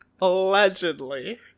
allegedly